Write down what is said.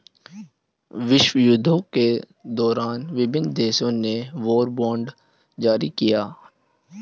विश्वयुद्धों के दौरान विभिन्न देशों ने वॉर बॉन्ड जारी किया